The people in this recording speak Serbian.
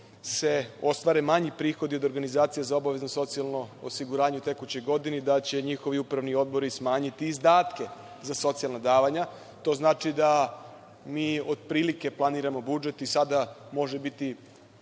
se ostvare manji prihodi od organizacija za obavezno socijalno osiguranje u tekućoj godini da će njihovi upravni odbori smanjiti izdatke za socijalna davanja. To znači, da mi otprilike planiramo budžet i sada može biti